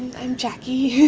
i'm jacquie